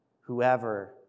whoever